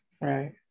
Right